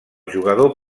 jugador